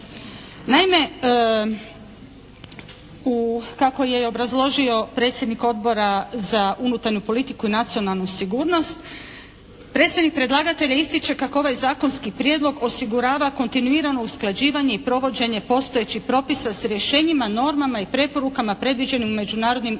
Naime, u kako je obrazložio predsjednik Odbora za unutarnju politiku i nacionalnu sigurnost predstavnik predlagatelja ističe kako ovaj zakonski prijedlog osigurava kontinuirano usklađivanje i provođenje postojećih propisa s rješenjima, normama i preporukama predviđenim međunarodnim ugovorima